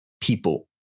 people